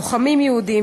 לוחמים יהודים,